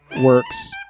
works